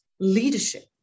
leadership